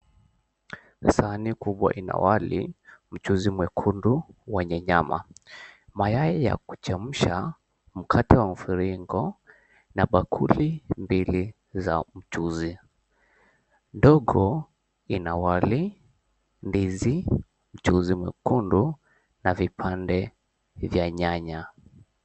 Sahani kubwa ina wali, mchuzi mwekundu wenye nyama. Mayai ya kuchemsha, mkate wa mviringo, na bakuli mbili za mchuzi. Ndogo ina wali, ndizi, mchuzi mwekundu na vipande vya nyanya.